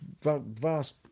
vast